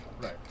Right